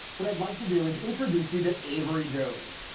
what i'd like to do is introduce you to avery jones.